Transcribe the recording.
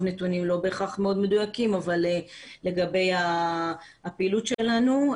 נתונים לא בהכרח מאוד מדויקים לגבי הפעילות שלנו.